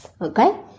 Okay